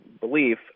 belief